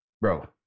bro